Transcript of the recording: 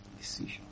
Decision